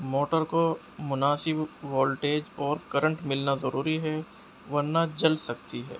motor کو مناسب voltage اور کرنٹ ملنا ضروری ہے ورنہ جل سکتی ہے